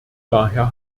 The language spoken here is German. daher